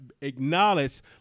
acknowledge